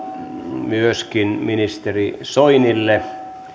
myöskin ministeri soinille